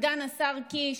סגן השר קיש,